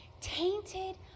tainted